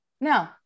no